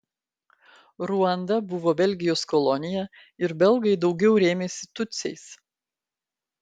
ruanda buvo belgijos kolonija ir belgai daugiau rėmėsi tutsiais